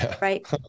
right